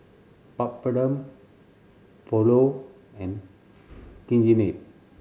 Papadum Pulao and Chigenabe